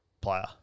player